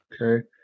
okay